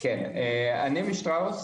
אני משטראוס.